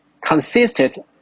consisted